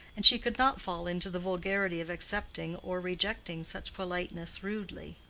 and she could not fall into the vulgarity of accepting or rejecting such politeness rudely.